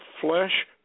flesh